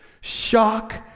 shock